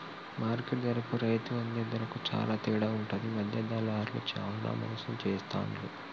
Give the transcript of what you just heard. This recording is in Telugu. మార్కెట్ ధరకు రైతు అందే ధరకు చాల తేడా ఉంటది మధ్య దళార్లు చానా మోసం చేస్తాండ్లు